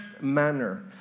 manner